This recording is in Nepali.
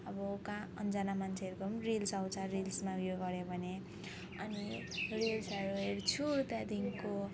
अब कहाँ अन्जान मान्छेहरूको पनि रिल्स आउँछ रिल्समा यो गर्यो भने अनि रिल्सहरू हेर्छु त्यहाँदेखिको